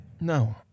No